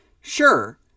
sure